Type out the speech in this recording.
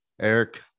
eric